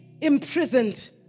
Imprisoned